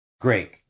Great